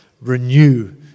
Renew